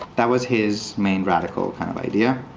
that was his main radical kind of idea.